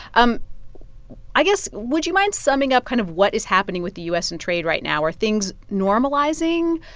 um i guess, would you mind summing up kind of what is happening with the u s. and trade right now? are things normalizing?